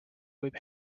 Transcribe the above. võib